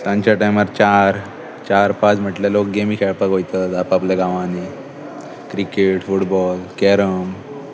सांच्या टायमार चार चार पांच म्हटल्यार लोक गेमी खेळपाक वतात आपआपल्या गांवांनी क्रिकेट फुटबॉल कॅरम